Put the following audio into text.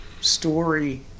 story